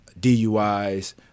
DUIs